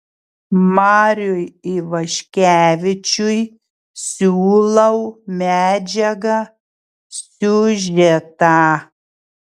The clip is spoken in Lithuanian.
mariui ivaškevičiui siūlau medžiagą siužetą